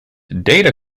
data